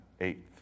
eighth